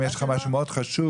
אם יש לך משהו מאוד חשוב,